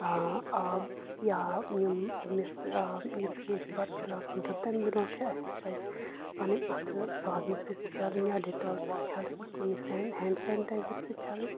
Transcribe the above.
آ آب یا یِم یٔمِس یِتھُے أسی بَتہٕ چھِ لاگان کھٮ۪ون تَمہِ برٛونٛٹھ چھُ اَسہِ پَزِ پَنٕنۍ اَتھٕ صابنہِ سٍتۍ چھلٕنۍ یا ڈِٹوٗل سٍتۍ چھلٕنۍ کُنہِ سینڈ ہینٛڈ سینِٹایزر سٍتۍ چھلٕنۍ